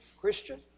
Christian